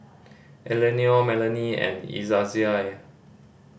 Eleanore Melanie and Izaiah